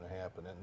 happen